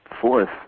Fourth